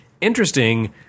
interesting